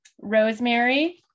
rosemary